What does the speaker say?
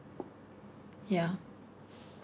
ya